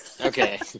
Okay